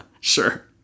Sure